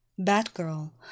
Batgirl